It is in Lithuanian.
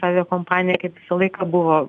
aviakompanija kaip visą laiką buvo